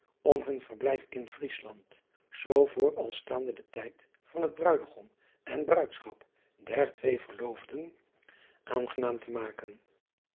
om hun verblijf in riesland zoo voor als staande den tijd van het ruidegom en ruidschap der twee verloofden aangenaam te maken